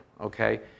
okay